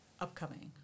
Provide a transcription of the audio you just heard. upcoming